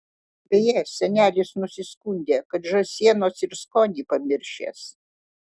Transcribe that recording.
beje senelis nusiskundė kad žąsienos ir skonį pamiršęs